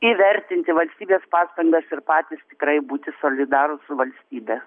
įvertinti valstybės pastangas ir patys tikrai būti solidarūs su valstybe